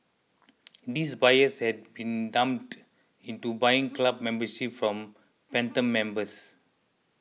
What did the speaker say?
these buyers had been duped into buying club memberships from phantom members